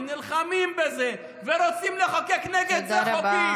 ונלחמים בזה ורוצים לחוקק נגד זה חוקים